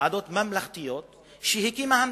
ועדות ממלכתיות שהקימה המדינה.